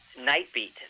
Nightbeat